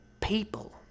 People